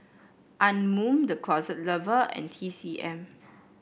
Anmum The Closet Lover and T C M